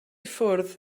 ffwrdd